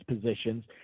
positions